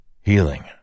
Healing